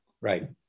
Right